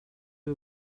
you